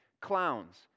Clowns